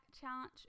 challenge